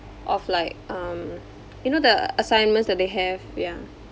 of like um you know the assignments that they have ya